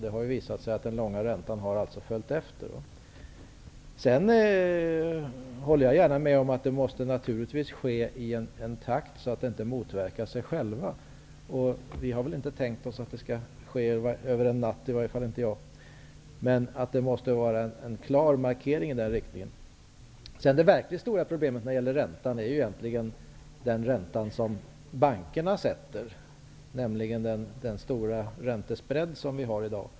Det har visat sig att den långa räntan har följt efter. Jag håller gärna med om att sänkningen naturligtvis måste ske i en takt så att den inte motverkar sig självt. Vi har väl inte tänkt oss att det skall ske över en natt -- det har i varje fall inte jag tänkt mig. Men det måste vara en klar markering i den riktningen. Det verkligt stora problemet när det gäller räntan är egentligen den ränta som bankerna sätter, dvs. den stora räntesbredd vi har i dag.